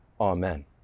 amen